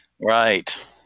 Right